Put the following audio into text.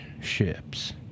ships